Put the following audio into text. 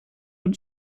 und